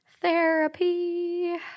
Therapy